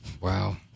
Wow